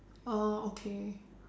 oh okay